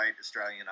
australian